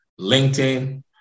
LinkedIn